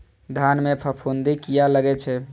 धान में फूफुंदी किया लगे छे?